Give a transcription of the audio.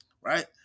Right